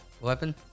Weapon